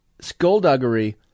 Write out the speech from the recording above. skullduggery